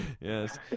Yes